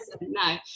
no